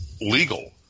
legal